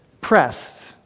pressed